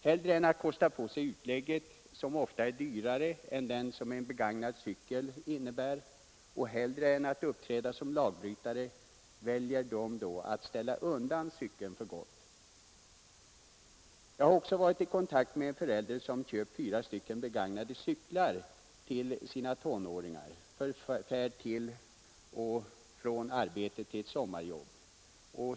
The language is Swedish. Hellre än att kosta på sig utgiften för en cykellykta, som ofta är dyrare än en begagnad cykel, och hellre än att uppträda som lagbrytare väljer de att ställa undan cykeln för gott. Jag har också varit i kontakt med en förälder som köpt fyra stycken begagnade cyklar till sina tonåringar för färd till och från sommarjobben.